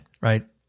right